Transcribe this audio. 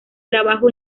trabajo